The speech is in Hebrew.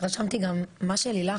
רשמתי גם מה שלילך,